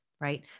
right